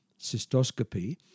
cystoscopy